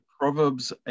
Proverbs